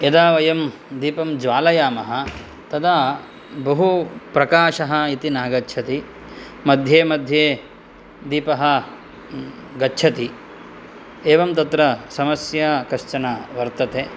यदा वयं दीपं ज्वालयामः तदा बहुप्रकाशः इति नागच्छति मध्ये मध्ये दीपः गच्छति एवं तत्र समस्या कश्चन वर्तते